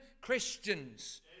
Christians